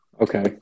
Okay